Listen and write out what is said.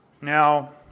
Now